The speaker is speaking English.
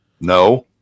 No